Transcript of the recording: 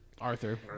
Arthur